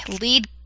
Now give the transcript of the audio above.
lead